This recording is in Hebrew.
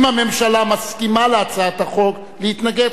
אם הממשלה מסכימה להצעת החוק, להתנגד.